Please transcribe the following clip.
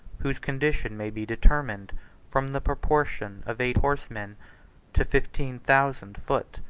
whose condition may be determined from the proportion of eight horsemen to fifteen thousand foot.